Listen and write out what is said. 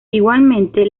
igualmente